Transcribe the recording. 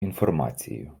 інформацією